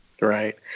Right